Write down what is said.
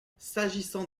s’agissant